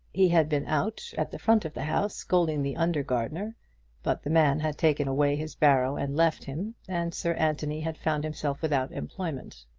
he had been out, at the front of the house, scolding the under-gardener but the man had taken away his barrow and left him, and sir anthony had found himself without employment.